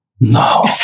no